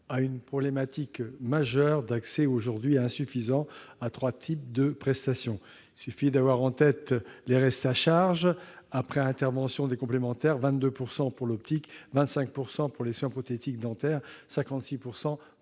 à une problématique majeure : l'accès aujourd'hui insuffisant à trois types de prestations. Il suffit d'avoir à l'esprit les restes à charge après intervention des complémentaires : 22 % pour l'optique, 25 % pour les soins prothétiques dentaires, 56 % pour les aides